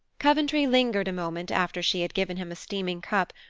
coventry lingered a moment after she had given him a steaming cup,